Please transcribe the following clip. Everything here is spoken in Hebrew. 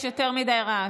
יש יותר מדי רעש.